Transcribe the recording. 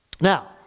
now